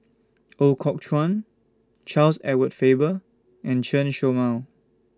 Ooi Kok Chuen Charles Edward Faber and Chen Show Mao